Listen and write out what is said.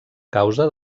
causa